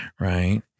right